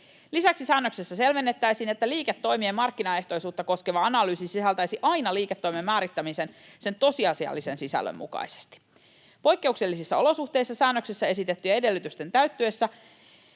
Lisäksi säännöksessä selvennettäisiin, että liiketoimien markkinaehtoisuutta koskeva analyysi sisältäisi aina liiketoimen määrittämisen sen tosiasiallisen sisällön mukaisesti. Poikkeuksellisissa olosuhteissa ja säännöksessä esitettyjen edellytysten täyttyessä